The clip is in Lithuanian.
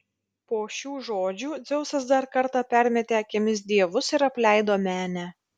po šių žodžių dzeusas dar kartą permetė akimis dievus ir apleido menę